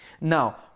Now